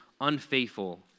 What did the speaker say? unfaithful